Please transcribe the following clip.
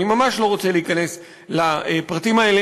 אני ממש לא רוצה להיכנס לפרטים האלה,